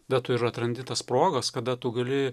bet tu ir atrandi tas progas kada tu gali